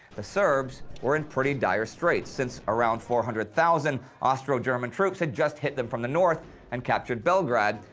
the serbs were in pretty dire straights, since around four hundred thousand austro-german troops had just hit them from the north and captured belgrade,